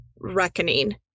reckoning